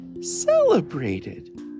celebrated